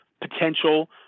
potential